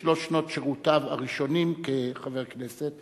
בשלוש שנות שירותו הראשונות כחבר הכנסת,